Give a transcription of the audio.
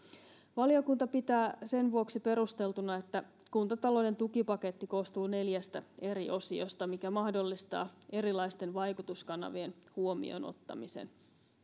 valiokunta pitää sen vuoksi perusteltuna että kuntatalouden tukipaketti koostuu neljästä eri osiosta mikä mahdollistaa erilaisten vaikutuskanavien huomioonottamisen